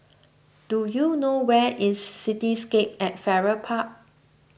do you know where is Cityscape at Farrer Park